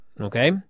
okay